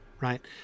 right